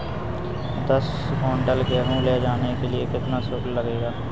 दस कुंटल गेहूँ ले जाने के लिए कितना शुल्क लगेगा?